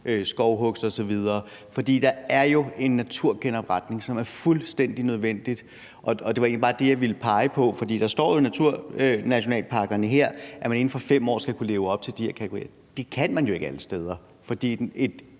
skovhugst osv., for der er jo en naturgenopretning, som er fuldstændig nødvendig. Det var egentlig bare det, jeg ville pege på. Der står jo om naturnationalparkerne her, at man inden for 5 år skal leve op til de her kategorier. Det kan man jo ikke alle steder, for et